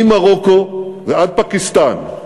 ממרוקו ועד פקיסטן,